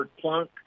Plunk